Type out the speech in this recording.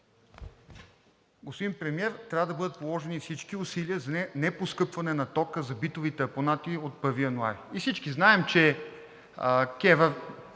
Господин Премиер, трябва да бъдат положени всички усилия за непоскъпване на тока за битовите абонати от 1 януари. Всички знаем, че КЕВР